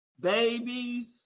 Babies